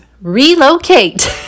relocate